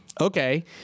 Okay